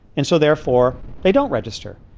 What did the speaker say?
and so, therefore, they don't register.